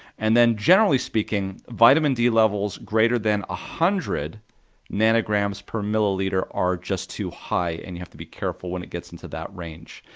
and then generally speaking, vitamin d levels greater than one ah hundred nanograms per milliliter are just too high, and you have to be careful when it gets into that range.